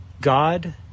God